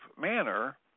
manner